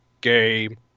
game